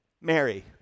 Mary